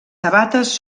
sabates